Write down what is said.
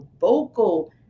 vocal